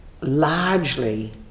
largely